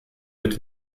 mit